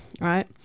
Right